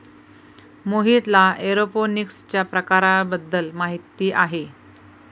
मोहितला एरोपोनिक्सच्या प्रकारांबद्दल माहिती आहे